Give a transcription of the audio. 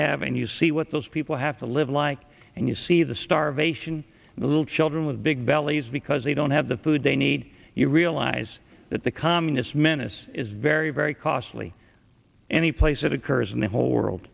have and you see what those people have to live like and you see the starvation the little children with big bellies because they don't have the food they need you realize that the communist menace is very very costly any place that occurs in the whole world